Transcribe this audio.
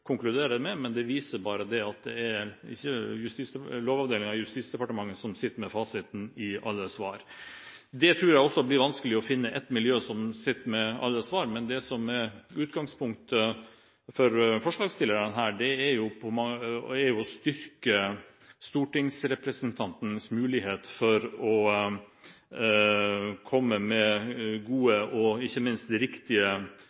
med, men det viser bare at det ikke er Lovavdelingen i Justisdepartementet som sitter med fasiten i alle saker. Jeg tror også det blir vanskelig å finne ett miljø som sitter med alle svar, men det som er utgangspunktet for forslagsstillerne, er å styrke stortingsrepresentantenes mulighet for å komme med